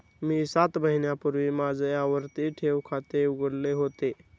मी सात महिन्यांपूर्वी माझे आवर्ती ठेव खाते उघडले होते